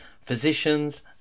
physicians